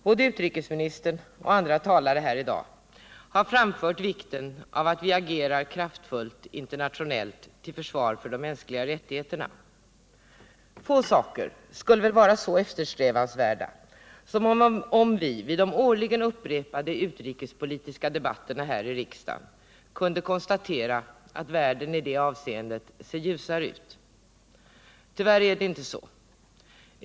Både utrikesministern och andra talare här i dag har framfört vikten av att vi agerar kraftfullt internationellt till försvar för de mänskliga rättigheterna. Få saker skulle väl vara så eftersträvansvärda som att vi, vid de årligen upprepade utrikespolitiska debatterna här i riksdagen, kunde konstatera att världen i det avseendet ser ljusare ut. Tyvärr är det inte så.